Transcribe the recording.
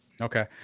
Okay